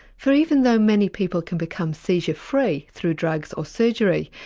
for even though many people can become seizure free through drugs or surgery,